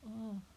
oh